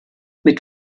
mit